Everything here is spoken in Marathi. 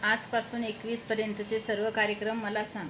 आजपासून एकवीसपर्यंतचे सर्व कार्यक्रम मला सांग